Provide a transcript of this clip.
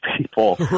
people